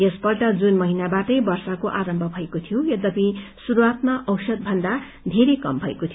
यसपल्ट जून महीनाबाटै वर्षाको आरम्भ भएको थियो यद्यपि शुरूवातमा औसतभन्दा धेरै कम भएको थियो